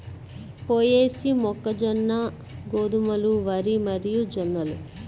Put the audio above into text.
పొయేసీ, మొక్కజొన్న, గోధుమలు, వరి మరియుజొన్నలు